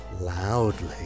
loudly